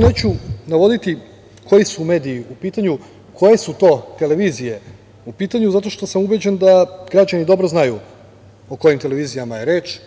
neću navoditi koji su mediji u pitanju, koje su to televizije u pitanju zato što sam ubeđen da građani dobro znaju o kojim televizijama je reč,